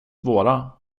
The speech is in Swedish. våra